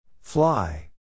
Fly